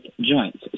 joints